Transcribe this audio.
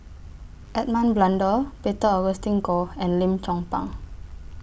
Edmund Blundell Peter Augustine Goh and Lim Chong Pang